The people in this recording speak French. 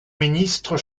ministres